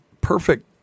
perfect